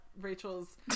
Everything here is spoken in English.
Rachel's